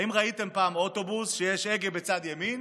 האם ראיתם פעם אוטובוס שיש בו הגה בצד ימין,